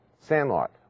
sandlot